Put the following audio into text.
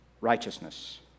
Righteousness